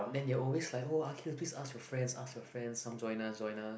then they are always like oh Aqil please ask your friend ask your friend come join us join us